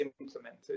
implemented